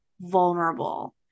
vulnerable